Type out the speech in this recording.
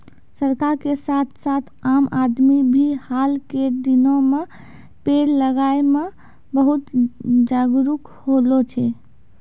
सरकार के साथ साथ आम आदमी भी हाल के दिनों मॅ पेड़ लगाय मॅ बहुत जागरूक होलो छै